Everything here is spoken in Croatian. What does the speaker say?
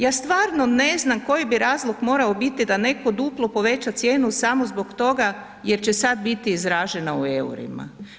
Ja stvarno ne znam koji bi razlog morao biti da netko duplo poveća cijenu samo zbog toga jer će sad biti izražena u EUR-ima.